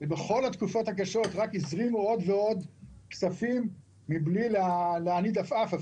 ובכל התקופות הקשות רק הזרימו עוד ועוד כספים מבלי להניד עפעף.